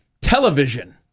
television